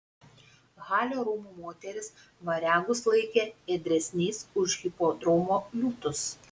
halio rūmų moterys variagus laikė ėdresniais už hipodromo liūtus